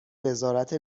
وزارت